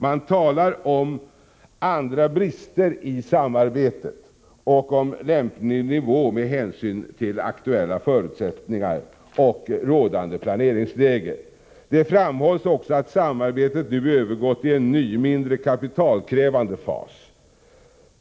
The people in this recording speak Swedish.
Man talar om ”andra brister i samarbetet” och om lämplig nivå ”med hänsyn till aktuella förutsättningar och rådande planeringsläge”. Det framhålls också att samarbetet nu övergått i en ny, mindre kapitalkrävande fas.